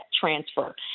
transfer